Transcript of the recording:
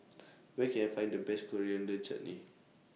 Where Can I Find The Best Coriander Chutney